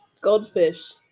goldfish